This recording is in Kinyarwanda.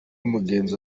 mugenzi